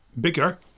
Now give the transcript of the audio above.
Bigger